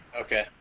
Okay